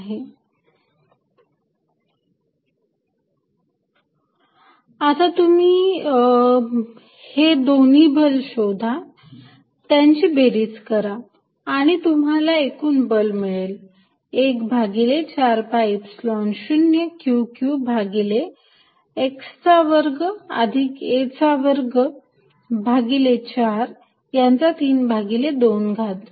F214π0Qqxxa2yx2a2432 आता तुम्ही हे दोन्ही बल शोधा त्यांची बेरीज करा आणि तुम्हाला एकूण बल मिळेल एक भागिले 4 पाय ईप्सिलॉन 0 Q q भागिले x चा वर्ग अधिक a चा वर्ग भागिले 4 याचा 32 घात